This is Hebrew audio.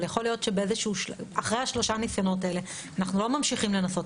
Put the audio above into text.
אחרי השלושה ניסיונות האלה אנחנו לא ממשיכים לנסות,